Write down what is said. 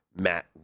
Matt